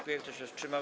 Kto się wstrzymał?